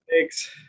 Thanks